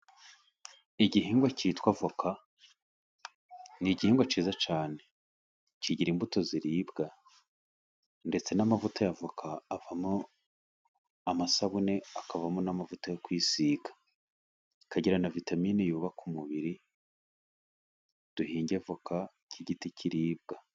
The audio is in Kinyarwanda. Igihingwa cyitwa avoka ni igihingwa cyiza cyane. Kigira imbuto ziribwa, ndetse n'amavuta ya avoka avamo amasabune, akavamo n'amavuta yo kwisiga. Ikagira na vitamini yubaka umubiri. Duhinge avoka nk'igiti kiribwa.